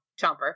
Chomper